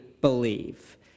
believe